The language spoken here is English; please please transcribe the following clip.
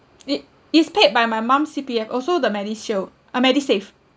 it is paid by my mum C_P_F also the MediShield uh MediSave